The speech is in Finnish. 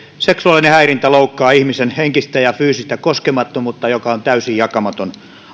seksuaalinen häirintä loukkaa ihmisen henkistä ja fyysistä koskemattomuutta joka on täysin jakamaton